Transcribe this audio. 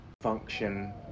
Function